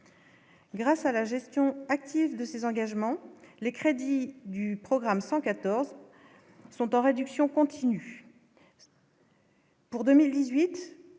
Grâce à la gestion active de ses engagements, les crédits du programme 114 sont en réduction continue. Pour 2018,